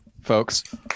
folks